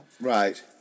Right